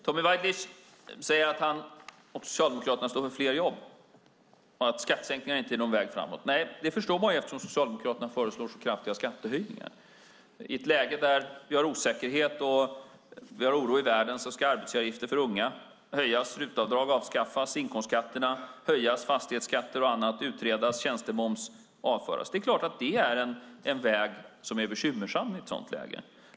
Herr talman! Tommy Waidelich säger att han och Socialdemokraterna står för fler jobb och att skattesänkningar inte är någon väg framåt. Nej, det förstår man, eftersom Socialdemokraterna föreslår kraftiga skattehöjningar. I ett läge där vi har osäkerhet och oro i världen ska arbetsgivaravgifter för unga höjas, RUT-avdrag avskaffas, inkomstskatterna höjas, fastighetsskatter och annat utredas och tjänstemoms avföras. Det är klart att det är en väg som är bekymmersam i ett sådant läge.